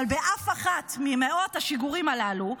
אבל באף אחד ממאות השיגורים הללו,